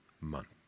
month